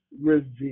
revealed